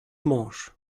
mąż